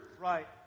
Right